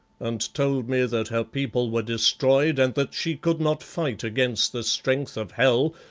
and told me that her people were destroyed and that she could not fight against the strength of hell,